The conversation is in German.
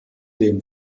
dem